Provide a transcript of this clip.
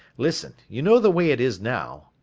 listen, you know the way it is now,